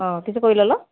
ହଁ କିସ କହିଲା ଲୋ